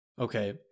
okay